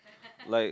like